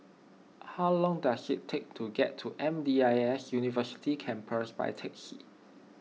how long does it take to get to M D I S University Campus by taxi